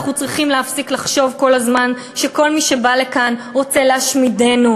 אנחנו צריכים להפסיק לחשוב כל הזמן שכל מי שבא לכאן רוצה להשמידנו,